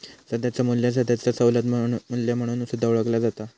सध्याचो मू्ल्य सध्याचो सवलत मू्ल्य म्हणून सुद्धा ओळखला जाता